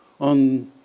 on